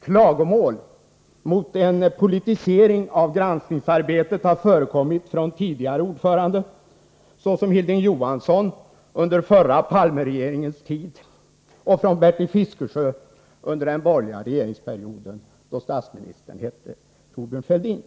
Klagomål mot en politisering av granskningsarbetet har förekommit från tidigare ordförande — såsom Hilding Johansson under förra Palmeregeringens tid och från Bertil Fiskesjö under den borgerliga regeringsperioden, då statsministern hette Thorbjörn Fälldin.